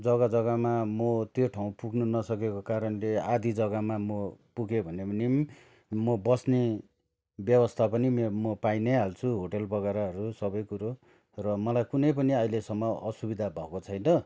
जग्गा जग्गामा म त्यो ठाउँ पुग्नु नसकेको कारणले आधा जग्गामा म पुगेँ भने पनि म बस्ने व्यवस्था पनि म पाइनैहाल्छु होटेलबगेराहरू सबै कुरो र मलाई कुनै पनि अहिलेसम्म असुविधा भएको छैन